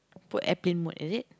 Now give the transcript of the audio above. put airplane mode is it